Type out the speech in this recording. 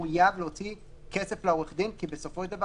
מחויב כבר להוציא כסף לעורך הדין כי בסופו של דבר